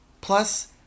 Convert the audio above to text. Plus